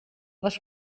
les